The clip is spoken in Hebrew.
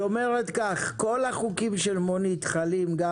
היא אומרת שכל החוקים של מונית חלים גם